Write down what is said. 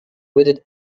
wooded